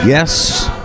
Yes